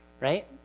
right